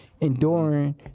enduring